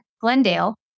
Glendale